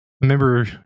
remember